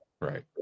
right